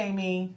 Amy